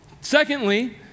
secondly